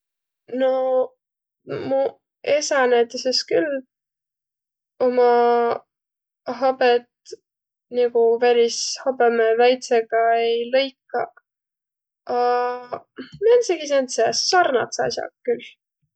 No muq esä näütüses küll oma habet nigu peris habemeväitsega ei lõikaq, a määntsegi sääntse sarnadsõ as'agaq külq.